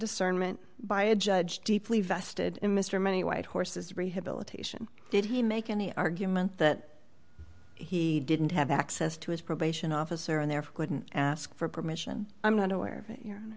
discernment by a judge deeply vested in mr many white horses rehabilitation did he make any argument that he didn't have access to his probation officer and therefore couldn't ask for permission i'm not aware